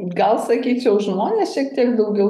gal sakyčiau žmonės šiek tiek daugiau